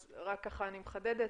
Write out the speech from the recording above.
אז רק ככה אני מחדדת,